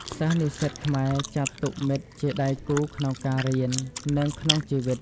សិស្សនិស្សិតខ្មែរចាត់ទុកមិត្តជាដៃគូក្នុងការរៀន និងក្នុងជីវិត។